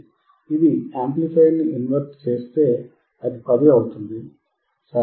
ఇది యాంప్లిఫైయర్ ను ఇన్వర్ట్ చేస్తే అది 10 అవుతుంది సరియైనది